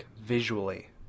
visually